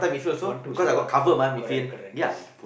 one two simple correct correct